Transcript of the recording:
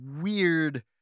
weird